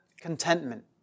contentment